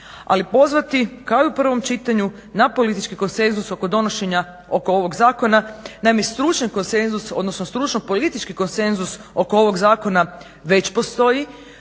i pozvati kao i u prvom čitanju na politički konsenzus oko donošenja oko ovog zakona. Naime, stručni konsenzus, odnosno stručno politički konsenzus oko ovog zakona već postoji.